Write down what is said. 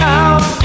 out